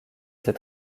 ses